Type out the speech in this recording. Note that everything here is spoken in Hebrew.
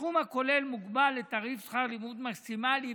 הסכום הכולל מוגבל לתעריף שכר לימוד מקסימלי.